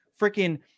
freaking